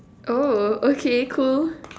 oh okay cool